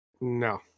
no